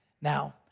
Now